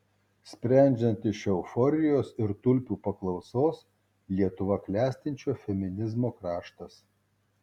sprendžiant iš euforijos ir tulpių paklausos lietuva klestinčio feminizmo kraštas